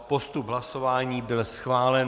Postup hlasování byl schválen.